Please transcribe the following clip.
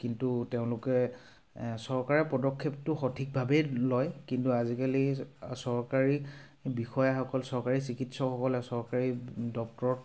কিন্তু তেওঁলোকে চৰকাৰে পদক্ষেপতো সঠিক ভাৱেই লয় কিন্তু আজিকালি চৰকাৰী বিষয়াসকল চৰকাৰী চিকিৎসকসকলে চৰকাৰী ডক্তৰক